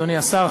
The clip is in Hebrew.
אדוני השר,